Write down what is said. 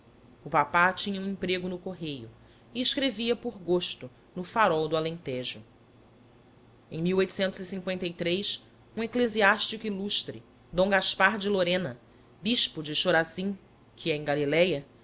o papá tinha um emprego no correio e escrevia por gosto no farol do alentejo em um eclesiástico lustre d gaspar de lorena bispo de corazim que é em galiléia